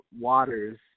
Waters